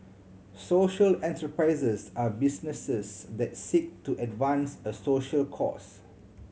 social enterprises are businesses that seek to advance a social cause